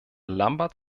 lambert